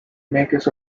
makers